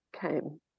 came